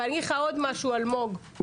אני אגיד לך עוד משהו, אלמוג.